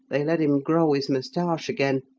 they let him grow his moustache again,